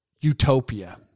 utopia